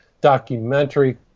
documentary